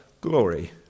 glory